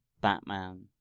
Batman